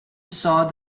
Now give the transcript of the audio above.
storm